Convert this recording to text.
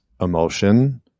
emotion